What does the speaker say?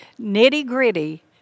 nitty-gritty